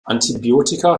antibiotika